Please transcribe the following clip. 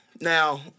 Now